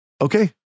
Okay